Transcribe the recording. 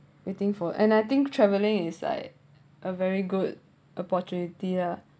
waiting for and I think travelling is like a very good opportunity lah